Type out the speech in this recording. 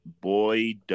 Boy